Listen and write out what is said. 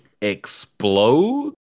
explode